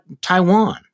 Taiwan